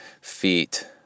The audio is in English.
feet